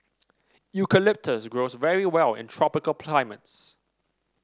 eucalyptus grows very well in tropical climates